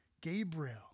Gabriel